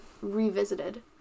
revisited